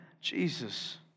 Jesus